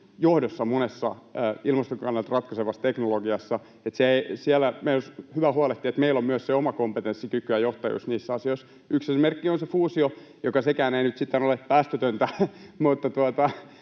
johdossa monessa ilmaston kannalta ratkaisevassa teknologiassa, ja meidän olisi hyvä huolehtia, että meillä on myös oma kompetenssi, kyky ja johtajuus niissä asioissa. Yksi esimerkki on se fuusio, joka sekään ei nyt sitten ole päästötöntä, vaan